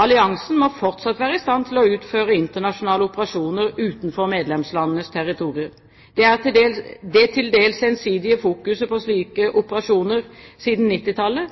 Alliansen må fortsatt være i stand til å utføre internasjonale operasjoner utenfor medlemslandenes territorier. Det til dels ensidige fokuset på slike operasjoner siden